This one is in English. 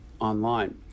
online